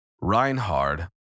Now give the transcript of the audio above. Reinhard